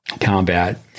combat